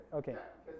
okay